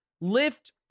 lift